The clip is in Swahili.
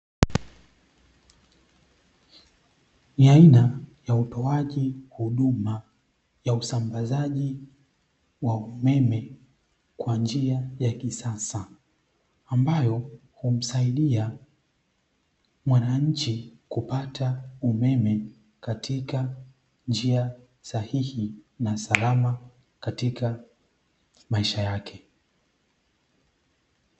Ni aina ya utoaji huduma ya usambazaji wa umeme kwa njia ya kisasa, ambayo humsaidia mwananchi kupata umeme katika njia sahihi na salama katika maisha yake.